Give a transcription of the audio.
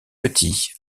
petit